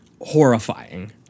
horrifying